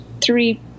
three